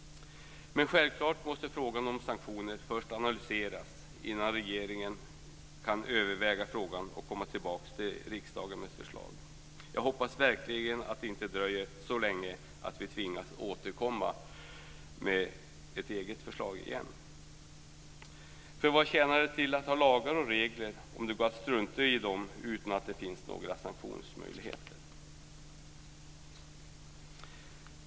Men självklart måste frågan om sanktioner först analyseras innan regeringen kan överväga frågan och komma tillbaka till riksdagen med ett förslag. Jag hoppas verkligen att det inte dröjer så länge att vi tvingas återkomma med ett eget förslag igen. För vad tjänar det till att ha lagar och regler om det går att strunta i dem utan att det finns några sanktionsmöjligheter?